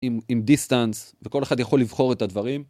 עם דיסטנס, וכל אחד יכול לבחור את הדברים.